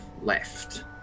left